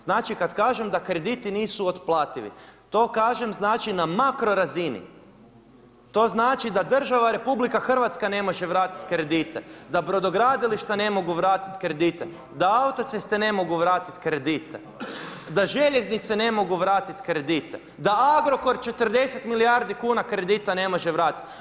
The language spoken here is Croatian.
Znači kada kažem da krediti nisu otplativi, to kažem na makro razini, to znači da država RH ne može vratiti kredite, da brodogradilišta ne mogu vratiti kredite, da autoceste ne mogu vratiti kredite, da željeznice ne mogu vratiti kredite, da Agrokor 40 milijardi kredita ne može vratiti.